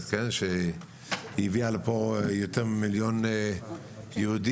מברית המועצות שהביאה לפה יותר ממיליון יהודים,